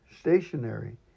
stationary